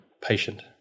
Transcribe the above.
patient